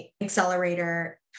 Accelerator